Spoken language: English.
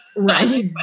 Right